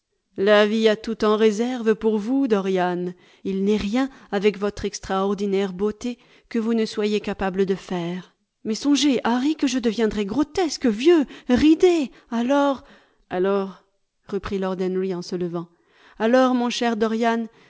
la vie a tout en réserve pour vous dorian il n'est rien avec votre extraordinaire beauté que vous ne soyez capable de faire mais songez harry que je deviendrai grotesque vieux ridé alors alors reprit lord henry en se levant alors mon cher dorian